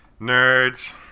nerds